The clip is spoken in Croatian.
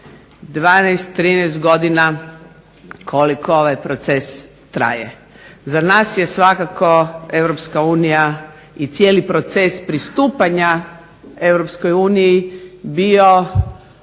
12, 13. godina koliko ovaj proces traje. Za nas je svakako Europska unija i cijeli proces pristupanja Europskoj uniji bio